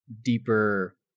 deeper